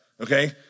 Okay